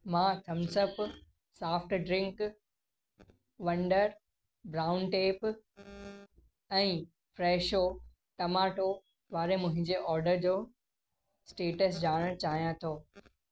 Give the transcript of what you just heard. मां Thums Up soft drink wonder brown tape ऐं Fresho tomato वारे मुंहिंजे ऑर्डर जो स्टेटस ॼाणण चाहियां थो